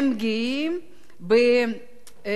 הם גאים בילדיהם